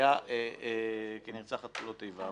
היא כנרצחת פעולות איבה,